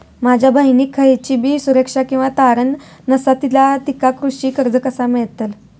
माझ्या बहिणीक खयचीबी सुरक्षा किंवा तारण नसा तिका कृषी कर्ज कसा मेळतल?